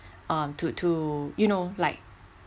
um to to you know like